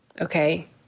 Okay